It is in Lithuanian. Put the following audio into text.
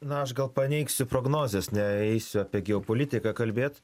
na aš gal paneigsiu prognozes neisiu apie geopolitiką kalbėt